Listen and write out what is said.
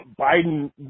Biden